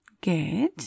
Good